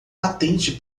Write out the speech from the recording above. patente